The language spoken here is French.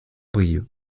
brieuc